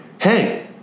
hey